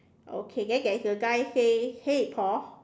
okay then there's a guy say hey Paul